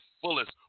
fullest